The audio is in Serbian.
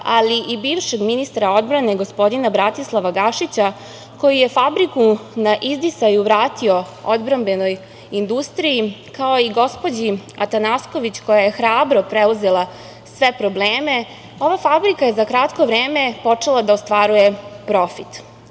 ali i bivšeg ministra odbrane Bratislava Gašića, koji je fabriku na izdisaju vratio odbrambenoj industriji, kao i gospođi Atanasković, koja je hrabro preuzela sve probleme, ova fabrika za kratko vreme počela da ostvaruje profit.